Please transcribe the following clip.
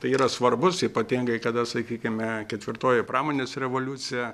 tai yra svarbus ypatingai kada sakykime ketvirtoji pramonės revoliucija